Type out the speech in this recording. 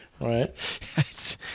Right